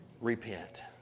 repent